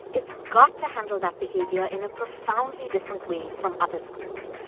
it's got to handle that behavior in a profoundly different way from other schools.